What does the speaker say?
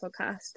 podcast